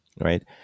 Right